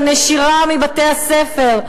הנשירה מבתי-הספר,